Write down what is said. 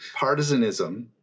partisanism